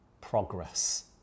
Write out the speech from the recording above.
progress